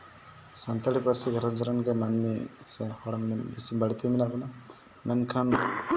ᱥᱟᱱᱛᱟᱲᱤ ᱯᱟᱹᱨᱥᱤ ᱜᱷᱟᱨᱚᱸᱡᱽ ᱨᱮᱱ ᱜᱮ ᱢᱟᱹᱱᱢᱤ ᱥᱮ ᱦᱚᱲ ᱵᱟᱹᱲᱛᱤ ᱢᱮᱱᱟᱜ ᱵᱚᱱᱟ ᱢᱮᱱᱠᱷᱟᱱ